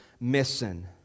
missing